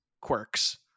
quirks